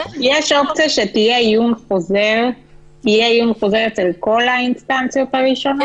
יש אופציה שיהיה עיון חוזר אצל כל האינסטנציות הראשונות?